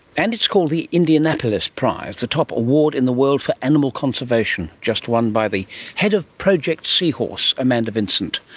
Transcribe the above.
and it's called the indianapolis prize, the top award in the world for animal conservation, just won by the head of project seahorse, amanda vincent,